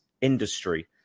industry